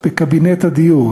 בקבינט הדיור,